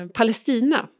Palestina